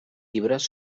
llibres